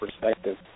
perspective